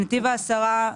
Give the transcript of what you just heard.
בנתיב העשרה,